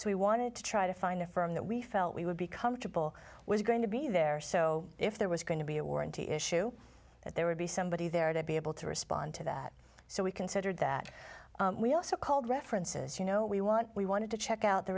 so we wanted to try to find a firm that we felt we would be comfortable was going to be there so if there was going to be a warranty issue that there would be somebody there to be able to respond to that so we considered that we also called references you know we want we wanted to check out the